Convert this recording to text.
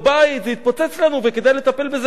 זה יתפוצץ לנו, וכדאי לטפל בזה עכשיו.